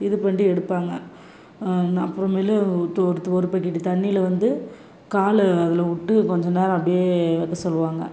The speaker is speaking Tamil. இது பண்ணி எடுப்பாங்க அப்றமேலு ஒரு பக்கெட்டு தண்ணியில் வந்து கால அதில் விட்டு கொஞ்ச நேரம் அப்படியே வைக்க சொல்லுவாங்க